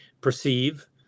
perceive